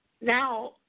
Now